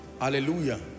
Hallelujah